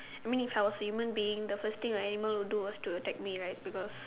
I mean if I was a human being the first thing a animal would do is to attack me right because